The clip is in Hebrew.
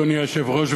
אדוני היושב-ראש,